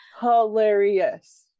hilarious